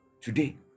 Today